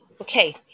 Okay